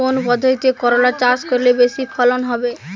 কোন পদ্ধতিতে করলা চাষ করলে বেশি ফলন হবে?